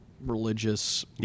religious